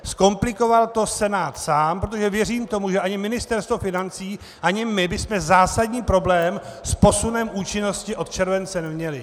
Zkomplikoval to Senát sám, protože, věřím tomu, ani Ministerstvo financí ani my bychom zásadní problém s posunem účinnosti od července neměli.